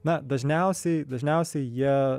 na dažniausiai dažniausiai jie